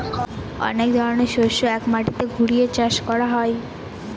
অনেক ধরনের শস্য এক মাটিতে ঘুরিয়ে চাষ করা হয়